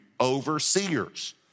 overseers